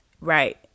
right